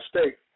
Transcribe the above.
State